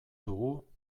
dugu